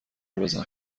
بزن